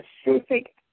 specific